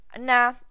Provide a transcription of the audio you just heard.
nah